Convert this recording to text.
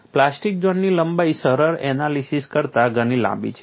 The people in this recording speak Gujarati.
પ્લાસ્ટિક ઝોનની લંબાઈ સરળ એનાલિસીસ કરતા ઘણી લાંબી છે